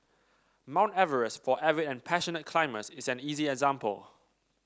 Mount Everest for avid and passionate climbers is an easy example